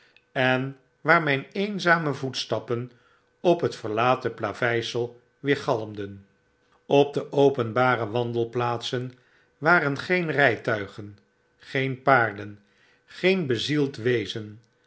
en waar myn eenzame voetstappen op het verlaten plaveisel weergalmden op de openbare wandelplaatsen waren geen rytuigen geen paarden geen bezield wezen